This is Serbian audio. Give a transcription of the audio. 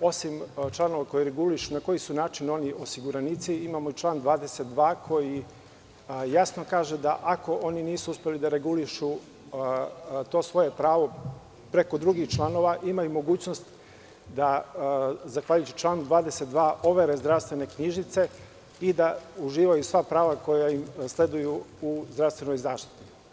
osim članova koji regulišu na koji način su oni osiguranici, imamo i član 22. koji jasno kaže da, ako oni nisu uspeli da regulišu to svoje pravo preko drugih članova, imaju mogućnost da, zahvaljujući članu 22, overe zdravstvene knjižice i da uživaju sva prava koja im sleduju u zdravstvenoj zaštiti.